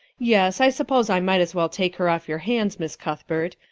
yes, i suppose i might as well take her off your hands, miss cuthbert.